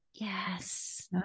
Yes